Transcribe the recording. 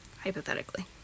Hypothetically